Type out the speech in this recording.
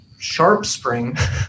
SharpSpring